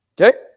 Okay